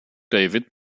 david